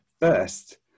First